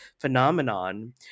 phenomenon